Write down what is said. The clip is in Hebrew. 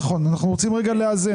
מצד אחד